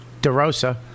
DeRosa